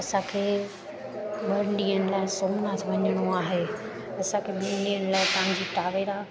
असांखे ॿिनि ॾींहंनि लाइ सोमनाथ वञिणो आहे असांखे ॿिनि ॾींहंनि लाइ तव्हां जी टावेरा